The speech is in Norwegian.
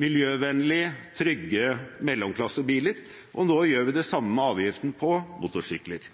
miljøvennlige, trygge mellomklassebiler. Nå gjør vi det samme med avgiften på motorsykler.